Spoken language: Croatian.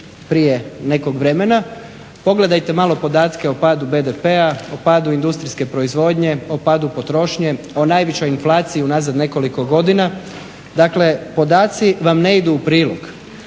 prije nekog vremena. Pogledajte malo podatke o padu BDP-a, o padu industrijske proizvodnje, o padu potrošnje, o najvećoj inflaciji unazad nekoliko godina. Dakle, podaci vam ne idu u prilog.